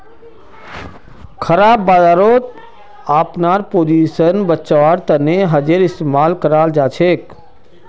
खराब बजारत अपनार पोजीशन बचव्वार तने हेजेर इस्तमाल कराल जाछेक